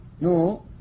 No